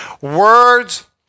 Words